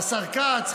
השר כץ,